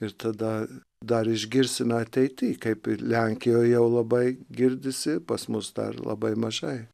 ir tada dar išgirsime ateity kaip ir lenkijoj jau labai girdisi pas mus dar labai mažai